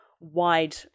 wide